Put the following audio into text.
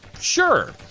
Sure